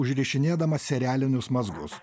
užrišinėdamas serialinius mazgus